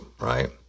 right